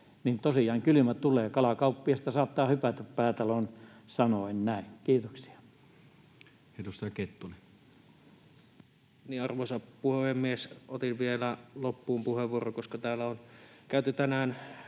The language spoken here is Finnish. kylmä tulee. ”kalakauppiasta saattaa hypätä”, Päätalon sanoin, näin. — Kiitoksia. Edustaja Kettunen. Arvoisa puhemies! Otin vielä loppuun puheenvuoron, koska täällä on käyty tänään